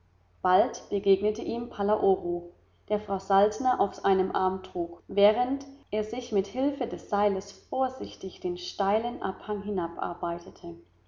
bald begegnete ihm palaoro der frau saltner auf einem arm trug während er sich mit hilfe des seiles vorsichtig den steilen abhang hinabarbeitete